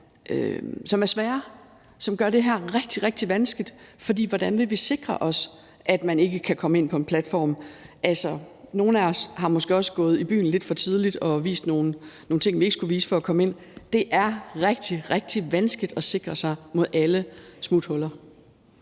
som er svære, og som gør det her rigtig, rigtig vanskeligt, for hvordan vil vi sikre os, at man ikke kan komme ind på en platform? Altså, nogle af os har måske også gået i byen lidt for tidligt og vist nogle ting, vi ikke skulle vise, for at komme ind. Det er rigtig, rigtig vanskeligt at sikre sig mod alle smuthuller.